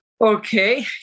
okay